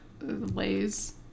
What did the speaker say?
Lay's